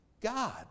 God